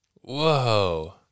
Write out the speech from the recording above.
Whoa